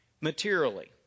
materially